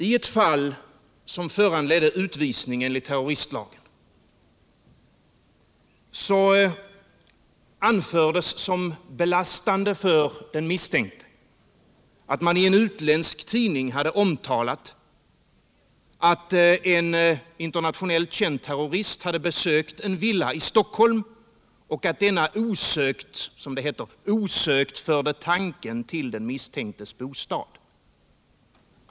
I ett fall, som föranledde utvisning enligt terroristlagen, anfördes som belastande för den misstänkte att man i en utländsk tidning hade omtalat att en internationellt känd terrorist hade besökt en villa i Stock holm och att denna osökt, som det hette, förde tanken till den misstänktes - Nr 55 bostad.